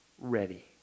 ready